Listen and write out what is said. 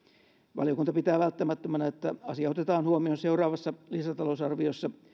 valiokunta pitää välttämättömänä että asia otetaan huomioon seuraavassa lisätalousarviossa